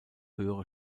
höhere